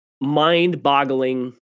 mind-boggling